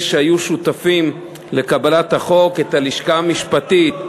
שהיו שותפים לקבלת החוק: את הלשכה המשפטית,